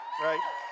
right